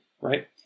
right